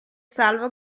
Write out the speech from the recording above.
salvo